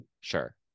sure